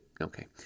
Okay